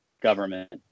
government